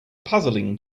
puzzling